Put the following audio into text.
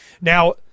Now